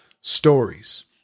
stories